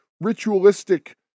ritualistic